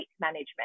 management